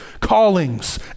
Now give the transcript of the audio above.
callings